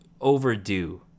overdue